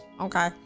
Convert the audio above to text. Okay